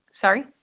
Sorry